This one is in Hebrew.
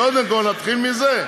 קודם כול נתחיל מזה.